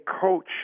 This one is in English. coach